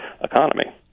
economy